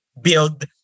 build